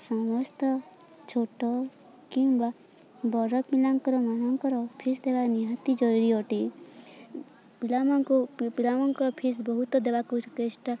ସମସ୍ତ ଛୋଟ କିମ୍ବା ବଡ଼ ପିଲାଙ୍କର ମାନଙ୍କର ଫିସ୍ ଦେବା ନିହାତି ଜରୁରୀ ଅଟେ ପିଲାମାନଙ୍କୁ ପିଲାମାନଙ୍କର ଫିସ୍ ବହୁତ ଦେବାକୁ ଚେଷ୍ଟା